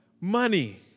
money